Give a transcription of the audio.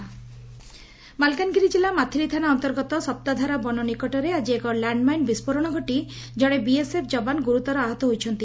landmine Malkangiri କିଲ୍ଲୁ ମାଥିଲି ଥାନା ଅନ୍ତର୍ଗତ ସପ୍ତଧାରା ବନ ନିକଟରେ ଆକି ଏକ ଲ୍ୟାଣ୍ଡମାଇନ୍ ବିସ୍କୋରଣ ଘଟି ଜଣେ ବିଏସ୍ଏଫ୍ ଯବାନ ଗୁରୁତର ଆହତ ହୋଇଛନ୍ତି